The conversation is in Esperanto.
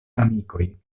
amikoj